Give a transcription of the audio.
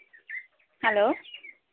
hello